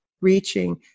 reaching